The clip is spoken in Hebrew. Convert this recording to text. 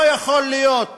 לא יכול להיות